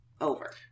over